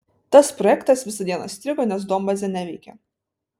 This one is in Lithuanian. tas projektas visą dieną strigo nes duombazė neveikė